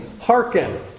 Hearken